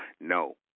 no